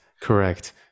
correct